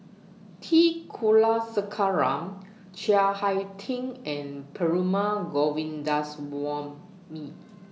T Kulasekaram Chiang Hai Ting and Perumal Govindaswamy